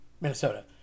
Minnesota